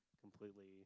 completely